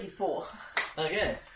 Okay